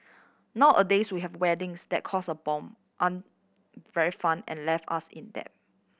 nowadays we have weddings that cost a bomb aren't very fun and leave us in debt